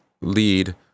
lead